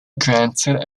granted